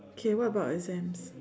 K what about exams